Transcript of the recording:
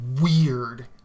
weird